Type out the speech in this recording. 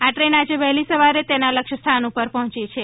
આ ટ્રેન આજે વહેલી સવારે તેના લક્ષ્યસ્થાન પર પહોંચી છે